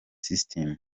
system